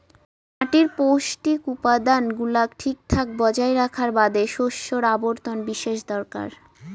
মাটির পৌষ্টিক উপাদান গুলাক ঠিকঠাক বজায় রাখার বাদে শস্যর আবর্তন বিশেষ দরকার